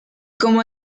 como